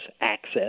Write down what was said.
access